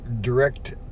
direct